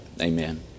Amen